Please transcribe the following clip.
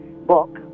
book